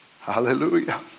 Hallelujah